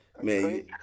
Man